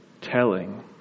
telling